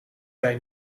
wij